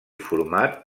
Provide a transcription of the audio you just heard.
format